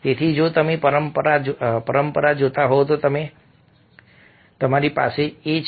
તેથી જો તમે પરંપરા જોતા હોવ તો પણ તમારી પાસે આ છે